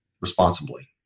responsibly